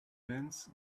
pence